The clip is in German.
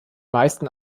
meisten